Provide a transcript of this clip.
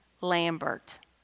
Lambert